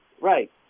Right